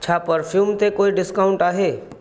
छा परफ्यूम ते कोई डिस्काउंट आहे